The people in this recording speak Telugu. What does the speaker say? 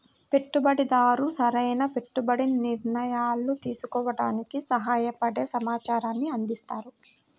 పెట్టుబడిదారు సరైన పెట్టుబడి నిర్ణయాలు తీసుకోవడానికి సహాయపడే సమాచారాన్ని అందిస్తారు